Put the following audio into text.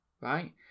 right